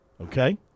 Okay